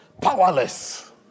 Powerless